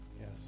yes